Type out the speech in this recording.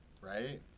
right